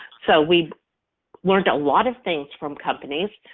so we learned a lot of things from companies.